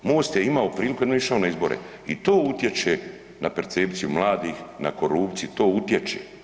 Most je imao priliku i onda je išao na izbore i to utječe na percepciju mladih, na korupciju to utječe.